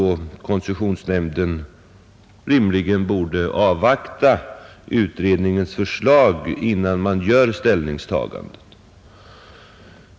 Koncessionsnämnden borde ju rimligen avvakta utredningens förslag, innan den gör ett ställningstagande.